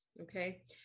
okay